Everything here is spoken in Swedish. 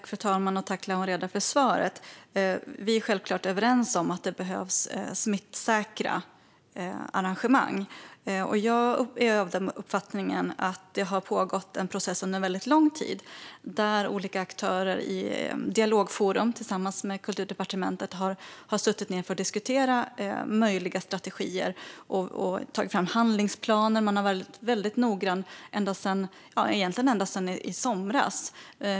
Fru talman! Jag tackar Lawen Redar för svaret. Vi är självklart överens om att det behövs smittsäkra arrangemang. Jag är av den uppfattningen att det har pågått en process under en väldigt lång tid där olika aktörer i dialogforum tillsammans med Kulturdepartementet har suttit ned för att diskutera möjliga strategier och tagit fram handlingsplaner. Man har varit väldigt noggranna egentligen ända sedan i somras.